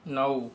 नऊ